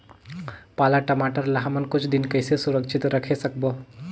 पाला टमाटर ला हमन कुछ दिन कइसे सुरक्षित रखे सकबो?